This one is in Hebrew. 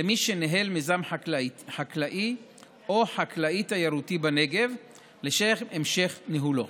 למי שמנהל מיזם חקלאי או חקלאי-תיירותי בנגב לשם המשך ניהולו.